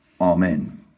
Amen